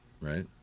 right